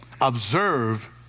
Observe